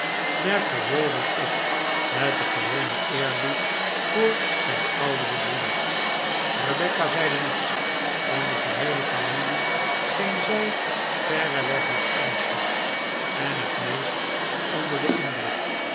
merkte rawdon op met den gewonen eerbied voor zijn ouderen broeder rebecca zeide niets van de geheele familie scheen zij verreweg het ernstigst en het meest onder den indruk